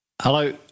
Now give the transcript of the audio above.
Hello